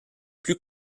plus